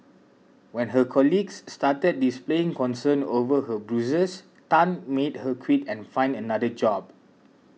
when her colleagues started displaying concern over her bruises Tan made her quit and find another job